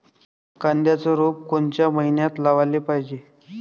कांद्याचं रोप कोनच्या मइन्यात लावाले पायजे?